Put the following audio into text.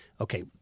okay